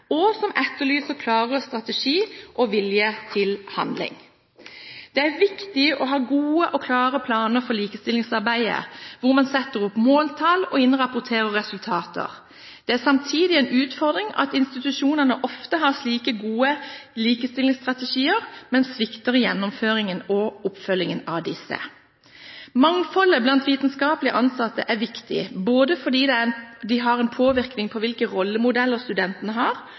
og som etterlyser klarere strategi og vilje til handling. Det er viktig å ha gode og klare planer for likestillingsarbeidet, hvor man setter opp måltall og innrapporterer resultater. Det er samtidig en utfordring at institusjonene ofte har slike gode likestillingsstrategier, men svikter i gjennomføringen og oppfølgingen av disse. Mangfold blant vitenskapelige ansatte er viktig fordi det har en påvirkning både på hvilke rollemodeller studentene har,